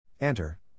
Enter